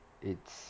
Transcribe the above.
it's